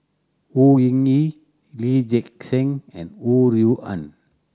Au Hing Yee Lee Gek Seng and Ho Rui An